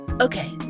Okay